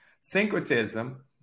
Syncretism